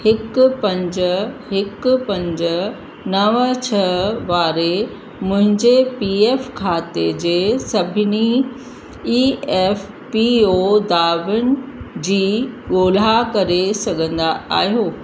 हिकु पंज हिकु पंज नव छह वारे मुंहिंजे पी एफ खाते जे सभिनी ई एफ पी ओ दावनि जी ॻोल्हा करे सघंदा आहियो